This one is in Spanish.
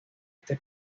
este